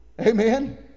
Amen